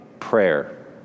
Prayer